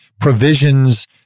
provisions